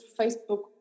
Facebook